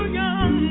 young